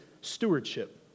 stewardship